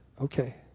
okay